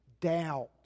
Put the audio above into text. doubt